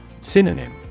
Synonym